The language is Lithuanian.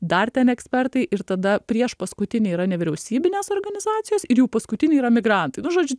dar ten ekspertai ir tada priešpaskutiniai yra nevyriausybinės organizacijos ir jau paskutiniai yra migrantai nu žodžiu